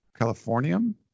Californium